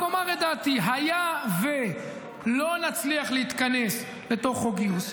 אני רק אומר את דעתי: היה ולא נצליח להתכנס לתוך חוק גיוס,